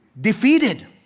defeated